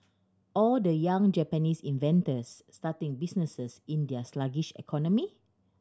or the young Japanese inventors starting businesses in their sluggish economy